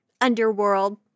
underworld